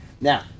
Now